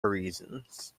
reasons